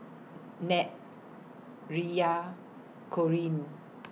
Nat Riya Corinne